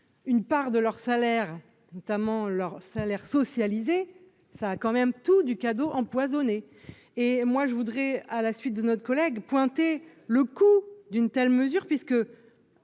une part de leur salaire, notamment leur salaire socialisé, ça a quand même tout du cadeau empoisonné et moi je voudrais à la suite de notre collègue pointé le coût d'une telle mesure puisque,